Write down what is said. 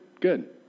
good